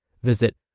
Visit